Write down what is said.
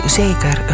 zeker